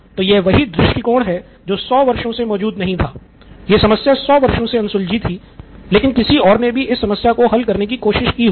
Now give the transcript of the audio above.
तो यह वही दृष्टिकोण है जो सौ वर्षों से अनसुलझी थी लेकिन किसी और ने भी इस समस्या को हल करने की कोशिश ज़रूर की होगी